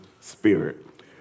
spirit